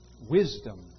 wisdom